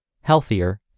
healthier